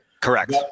Correct